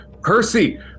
Percy